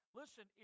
listen